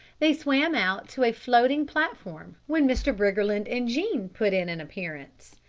they swam out to a floating platform when mr. briggerland and jean put in an appearance.